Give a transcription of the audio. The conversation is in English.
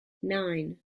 nine